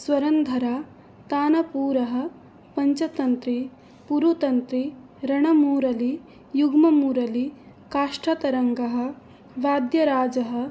स्वरन्धर तानपूरः पञ्चतन्त्री पुरुतन्त्री रणमुरलि युग्ममुरलि काष्ठतरङ्गः वाद्यराजः